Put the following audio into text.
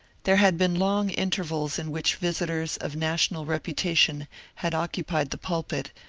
there had been long intervals in which visitors of national reputation had occupied the pulpit,